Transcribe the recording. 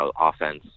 offense